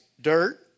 dirt